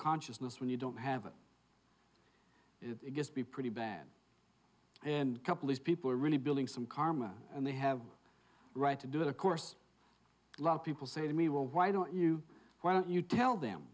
consciousness when you don't have it it just be pretty bad and couplers people are really building some karma and they have a right to do it of course a lot of people say to me well why don't you why don't you tell them